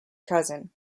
cousin